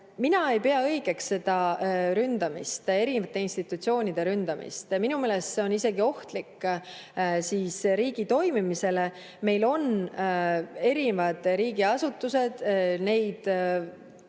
mina ei pea õigeks seda ründamist, erinevate institutsioonide ründamist. Minu meelest on see isegi ohtlik riigi toimimisele. Meil on erinevad riigiasutused, neid